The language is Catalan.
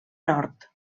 nord